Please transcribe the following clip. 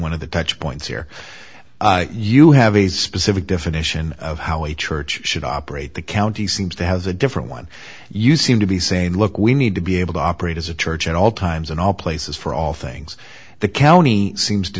one of the touch points here you have a specific definition of how a church should operate the county seems to have a different one you seem to be saying look we need to be able to operate as a church at all times in all places for all things the county seems to